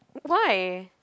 why